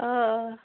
آ آ